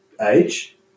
age